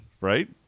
right